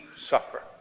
suffer